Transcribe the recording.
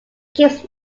keeps